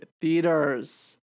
theaters